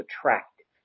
attractive